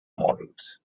models